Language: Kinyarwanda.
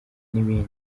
n’ibindi